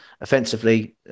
offensively